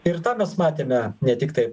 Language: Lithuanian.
ir tą mes matėme ne tiktai